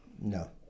No